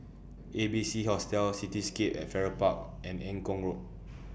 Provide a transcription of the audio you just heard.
A B C Hostel Cityscape At Farrer Park and Eng Kong Road